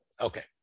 Okay